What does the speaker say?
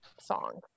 song